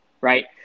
right